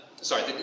sorry